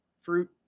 fruit